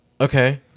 okay